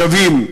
שווים,